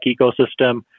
ecosystem